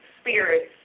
spirits